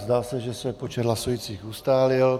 Zdá se, že se počet hlasujících ustálil.